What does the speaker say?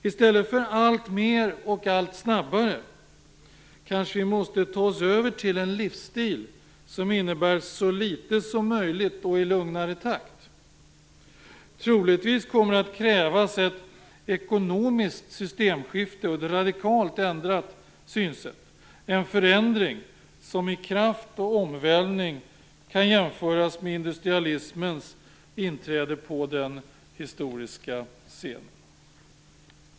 I stället för "allt mer och allt snabbare" kanske vi måste gå över till en livsstil som innebär "så litet som möjligt och i lugnare takt". Troligtvis kommer det att krävas ett ekonomiskt systemskifte och ett radikalt ändrat synsätt. Det blir en förändring som i kraft och omvälvning kan jämföras med industrialismens inträde på den historiska scenen.